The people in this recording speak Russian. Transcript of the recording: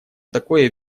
такое